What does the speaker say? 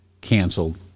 canceled